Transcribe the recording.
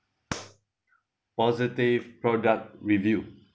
positive product review